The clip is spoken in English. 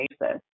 basis